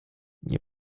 nie